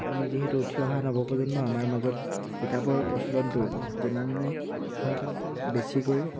আমি যিহেতু উঠি অহা নৱপ্ৰজন্ম আমাৰ মাজত কিতাপৰ প্ৰচলনটো যিমানেই হওক বেছিকৈ